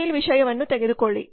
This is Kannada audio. ಸುಶೀಲ್ ವಿಷಯವನ್ನು ತೆಗೆದುಕೊಳ್ಳಿ